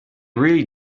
really